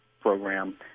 program